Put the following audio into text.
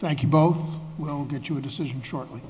thank you both will get you a decision shortly